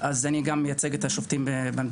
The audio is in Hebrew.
אז אני גם מייצג את השופטים במדינה.